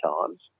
times